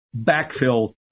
backfill